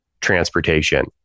transportation